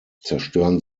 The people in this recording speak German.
zerstören